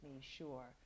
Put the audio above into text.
sure